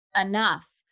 enough